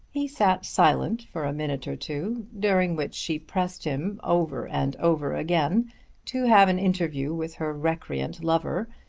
he sat silent for a minute or two during which she pressed him over and over again to have an interview with her recreant lover,